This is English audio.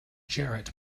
jarrett